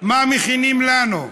מה מכינים לנו.